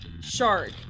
shark